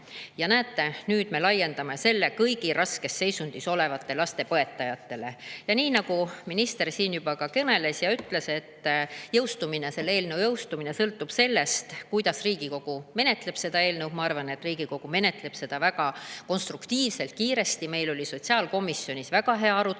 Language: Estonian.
Ja näete, nüüd me laiendame selle kõigi raskes seisundis olevate laste põetajatele. Nii nagu minister siin juba ütles, et selle eelnõu seadusena jõustumine sõltub sellest, kuidas Riigikogu seda eelnõu menetleb. Ma arvan, et Riigikogu menetleb seda väga konstruktiivselt, kiiresti. Meil oli sotsiaalkomisjonis väga hea arutelu.